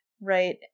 right